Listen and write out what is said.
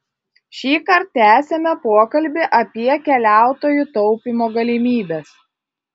šįkart tęsiame pokalbį apie keliautojų taupymo galimybes